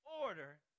order